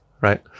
right